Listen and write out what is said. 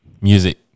music